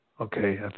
Okay